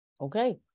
Okay